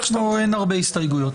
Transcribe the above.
אין הרבה הסתייגויות.